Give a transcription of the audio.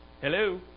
Hello